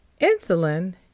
Insulin